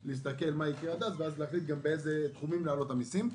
גם להסתכל מה יקרה עד אז ולהחליט באיזה תחומים להעלות את המיסים.